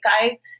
Guys